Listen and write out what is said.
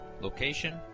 location